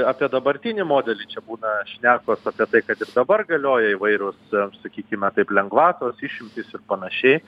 apie dabartinį modelį čia būna šnekos apie tai kad ir dabar galioja įvairūs sakykime taip lengvatos išimtys ir panašiai